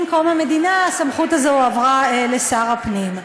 עם קום המדינה, הסמכות הזאת הועברה לשר הפנים.